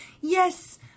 yes